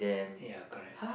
ya correct